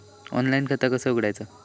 Online खाता कसा उघडायचा?